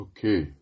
Okay